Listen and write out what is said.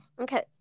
okay